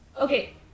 Okay